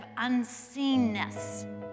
unseenness